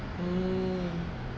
mm